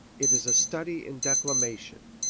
it is a study in declamation,